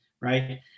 right